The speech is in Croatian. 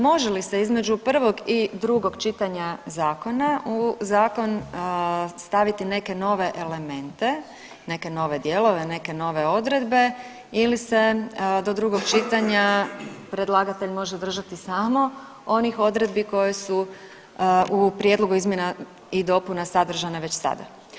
Može li se između prvog i drugom čitanja zakona u zakon staviti neke nove elemente, neke nove dijelove, neke nove odredbe ili se do drugog čitanja predlagatelj može držati samo onih odredbi koje su u prijedlog izmjena i dopuna sadržane već sada.